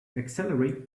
accelerate